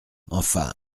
enfin